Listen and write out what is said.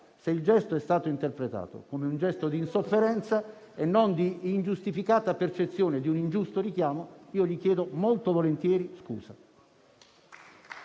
se il gesto è stato interpretato come di insofferenza e non di ingiustificata percezione di un ingiusto richiamo, io gli chiedo molto volentieri scusa.